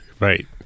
Right